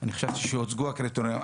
אני חשבתי שהוצגו הקריטריונים.